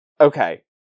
okay